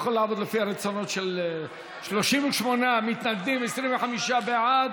38 מתנגדים, 25 בעד.